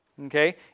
okay